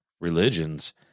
religions